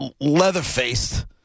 leather-faced